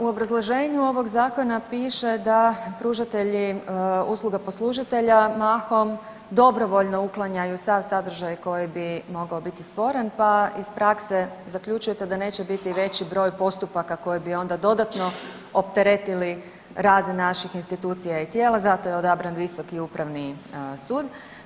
U obrazloženju ovog zakona piše da pružatelja usluga poslužitelja mahom dobrovoljno uklanjaju sav sadržaj koji bi mogao biti sporan, pa iz prakse zaključujete da neće biti veći broj postupaka koji bi onda dodatno opteretili rad naših institucija i tijela zato je odabran Visoku upravi sud.